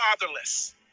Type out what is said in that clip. fatherless